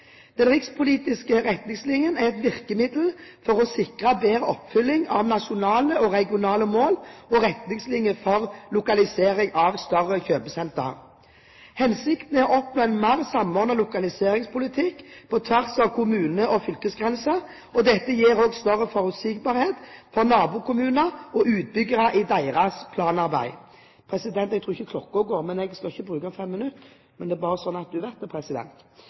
Den rikspolitiske retningslinjen er et virkemiddel for å sikre bedre oppfølging av nasjonale og regionale mål og retningslinjer for lokalisering av større kjøpesentre. Hensikten er å oppnå en mer samordnet lokaliseringspolitikk, på tvers av kommune- og fylkesgrenser. Dette gir også større forutsigbarhet for nabokommuner og utbyggere i deres planarbeid. – President, jeg tror ikke klokka går, men jeg skal ikke bruke 5 minutter. Bare slik at presidenten vet det!